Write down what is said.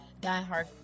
diehard